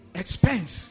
expense